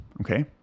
Okay